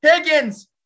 Higgins